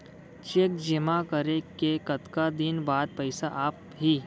Cheque जेमा करे के कतका दिन बाद पइसा आप ही?